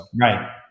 Right